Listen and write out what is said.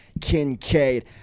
Kincaid